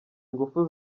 ingufu